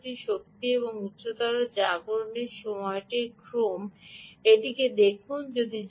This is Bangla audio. বিট প্রতি শক্তি এবং উচ্চতর জাগরনের সময়টির ক্রম এটিকে দেখুন